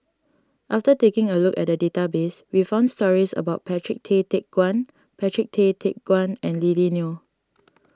after taking a look at the database we found stories about Patrick Tay Teck Guan Patrick Tay Teck Guan and Lily Neo